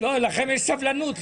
לכם יש סבלנות.